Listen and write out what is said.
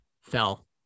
fell